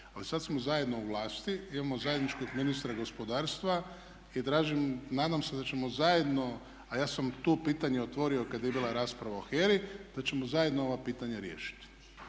Ali sad smo zajedno u vlasti, imamo zajedničkog ministra gospodarstva i nadam se da ćemo zajedno a ja sam to pitanje otvorio kad je bila rasprava o HERA-i, da ćemo zajedno ova pitanja riješiti.